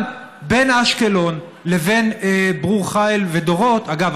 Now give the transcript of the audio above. אבל בין אשקלון לבין ברור חיל ודורות אגב,